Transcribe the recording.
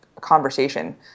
Conversation